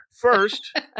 first